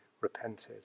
repented